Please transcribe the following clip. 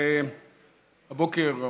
הבוקר,